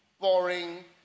boring